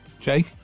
Jake